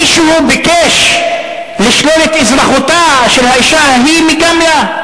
מישהו ביקש לשלול את אזרחותה של האשה ההיא מגמלא?